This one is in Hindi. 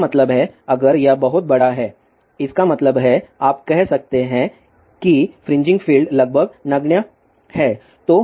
इसका मतलब है अगर यह बहुत बड़ा है इसका मतलब है आप कह सकते हैं कि फ्रिंजिंग फ़ील्ड लगभग नगण्य हैं